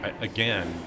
again